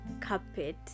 Carpet